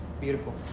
Beautiful